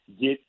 get